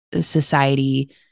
society